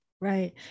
right